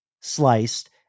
sliced